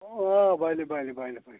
بَنہِ بَنہِ بَنہِ بَنہِ